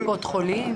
יש קופות חולים.